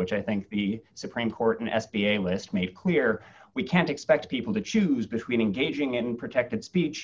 which i think the supreme court an s b a list made clear we can't expect people to choose between engaging in protected speech